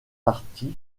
parties